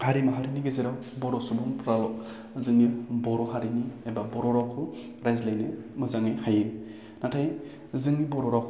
हारि माहारिनि गेजेराव बर' सुबुंफ्राल' जोंनि बर' हारिमु एबा बर' रावखौ रायज्लायनो मोजाङै हायो नाथाय जोंनि बर' रावखौ